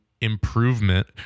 improvement